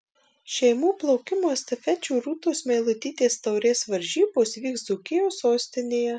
šeimų plaukimo estafečių rūtos meilutytės taurės varžybos vyks dzūkijos sostinėje